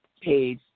page